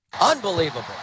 Unbelievable